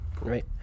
Right